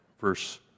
verse